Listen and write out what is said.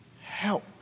help